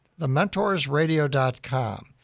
thementorsradio.com